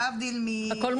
זה נכון.